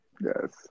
Yes